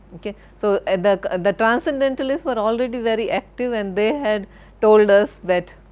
ok, so the and transcendentalists were already very active and they had told us that